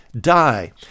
die